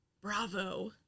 bravo